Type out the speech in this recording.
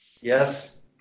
Yes